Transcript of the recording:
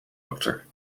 dokter